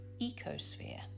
ecosphere